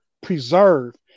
preserve